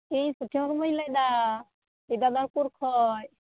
ᱤᱧ ᱥᱩᱠᱷᱤ ᱢᱩᱨᱢᱩᱧ ᱞᱟᱹᱭᱫᱟ ᱵᱤᱫᱽᱫᱟᱫᱷᱚᱨ ᱯᱩᱨ ᱠᱷᱚᱡ